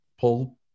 pull